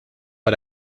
but